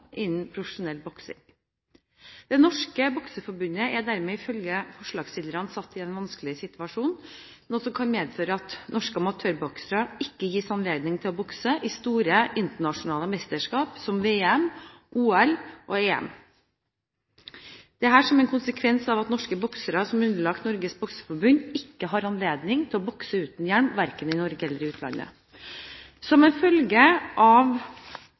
innen profesjonell boksing. Norges Bokseforbund er dermed, ifølge forslagsstillerne, satt i en vanskelig situasjon, noe som kan medføre at norske amatørboksere ikke gis anledning til å bokse i store, internasjonale mesterskap som VM, OL og EM, dette som en konsekvens av at norske boksere, som er underlagt Norges Bokseforbund, ikke har anledning til å bokse uten hjelm, verken i Norge eller i utlandet. Som en følge av